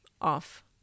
off